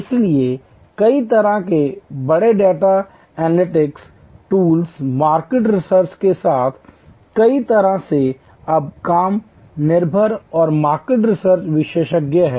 इसलिए कई तरह के बड़े data analytic tools market research के साथ कई तरह से अब कम निर्भर और मार्केट रिसर्च विशेषज्ञ हैं